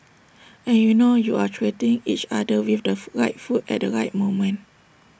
and you know you are treating each other with the right food at the right moment